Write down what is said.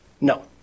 No